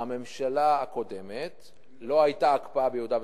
בממשלה הקודמת לא היתה הקפאה ביהודה ושומרון.